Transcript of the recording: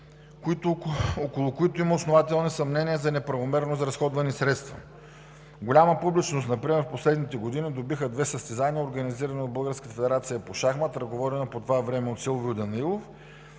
около които има основателни съмнения за неправомерно изразходвани средства. Голяма публичност например в последните години добиха две състезания, организирани от Българската федерация по шахмат, ръководена по това време от Силвио Данаилов